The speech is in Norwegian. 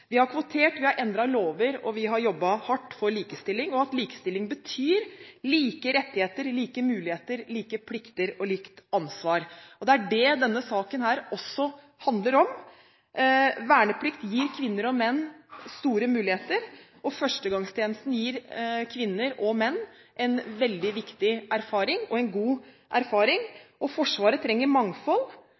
Vi har kvotert, vi har endret lover, og vi har jobbet hardt for likestilling – og at likestilling betyr like rettigheter, like muligheter, like plikter og likt ansvar. Det er det denne saken også handler om. Verneplikt gir kvinner og menn store muligheter. Førstegangstjenesten gir kvinner og menn en veldig viktig og god erfaring, og Forsvaret trenger mangfold.